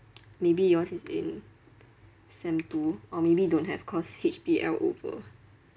maybe yours is in sem two or maybe don't have cause H_B_L over